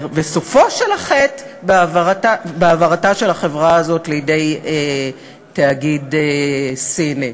וסופו של החטא בהעברתה של החברה הזאת לידי תאגיד סיני.